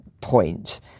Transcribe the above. point